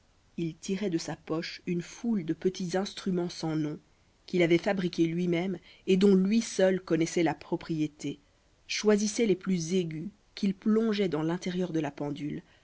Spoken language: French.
il tirait de sa poche une foule de petits instruments sans nom qu'il avait fabriqués lui-même et dont lui seul connaissait la propriété choisissait les plus aigus qu'il plongeait dans l'intérieur de la pendule